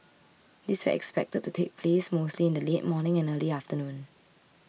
these were expected to take place mostly in the late morning and early afternoon